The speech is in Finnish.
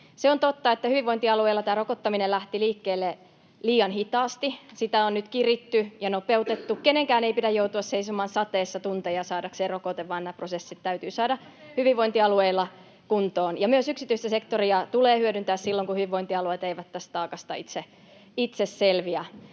Se on totta, että hyvinvointialueilla tämä rokottaminen lähti liikkeelle liian hitaasti. Sitä on nyt kiritty ja nopeutettu. Kenenkään ei pidä joutua seisomaan sateessa tunteja saadakseen rokotteen, [Krista Kiurun välihuuto] vaan nämä prosessit täytyy saada hyvinvointialueilla kuntoon. Ja myös yksityistä sektoria tulee hyödyntää silloin, kun hyvinvointialueet eivät tästä taakasta itse selviä.